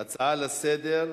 הצעה לסדר-היום: